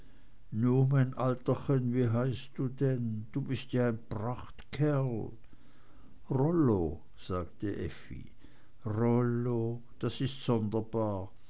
mein alterchen wie heißt du denn du bist ja ein prachtkerl rollo sagte effi rollo das ist sonderbar